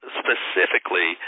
specifically